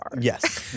Yes